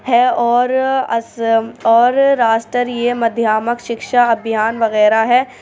ہے اور اس اور راسٹریہ مدھیامک شکشا ابھیان وغیرہ ہے